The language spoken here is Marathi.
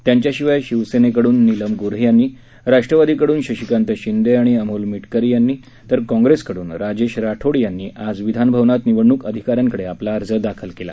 त्यांच्याशिवाय शिवसेनेकडून नीलम गो ्हे यांनी राष्ट्रवादीकडून शशिकांत शिंदे आणि अमोल मिटकरी तर काँप्रेसकडून राजेश राठोड यांनी आज विधान भवनात निवडणूक अधिकाऱ्यांकडे आपला अर्ज सादर केला